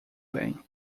bem